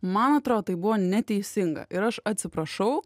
man atrodo tai buvo neteisinga ir aš atsiprašau